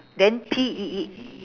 then P E E